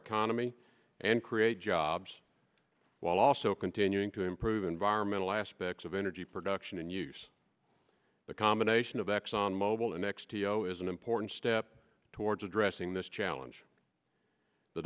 economy and create jobs while also continuing to improve environmental aspects of energy production and use the combination of exxon mobil and x t o is an important step towards addressing this challenge the